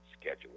schedule